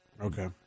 Okay